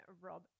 Rob